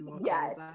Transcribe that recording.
yes